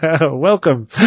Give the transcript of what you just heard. welcome